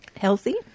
healthy